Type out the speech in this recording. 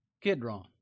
Kidron